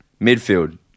Midfield